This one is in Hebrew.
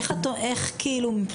איך כאילו,